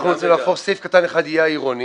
גם וגם.